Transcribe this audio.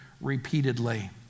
repeatedly